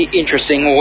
interesting